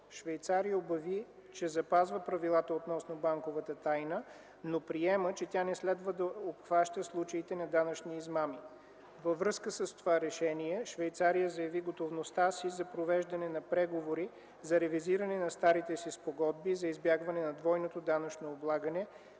Швейцария обяви, че запазва правилата относно банковата тайна, но приема, че тя не следва да обхваща случаите на данъчни измами. Във връзка с това решение Швейцария заяви готовността си за провеждане на преговори за ревизиране на старите си Спогодби за избягване на двойното данъчно облагане,